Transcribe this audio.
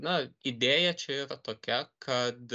na idėja čia yra tokia kad